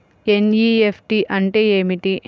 NEFT అంటే ఏమిటీ?